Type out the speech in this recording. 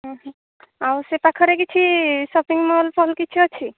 ଓହୋ ଆଉ ସେ ପାଖରେ କିଛି ସପିଂ ମଲ୍ଫଲ୍ ଅଛି କି